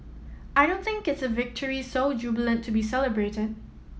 I don't think it's a victory so jubilant to be celebrated